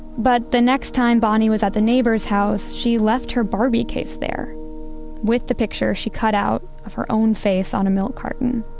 but the next time bonnie was at the neighbor's house, she left her barbie case there with the picture she cut out of her own face on a milk carton.